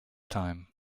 time